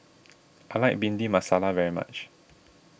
I like Bhindi Masala very much